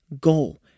goal